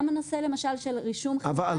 גם בנושא למשל של רישום כימיקלים,